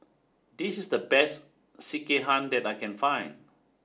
this is the best Sekihan that I can find